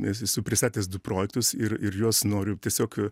nes esu pristatęs du projektus ir ir juos noriu tiesiog